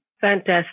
fantastic